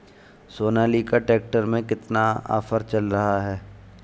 Sonalika tractor में कितना offer चल रहा है?